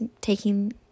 taking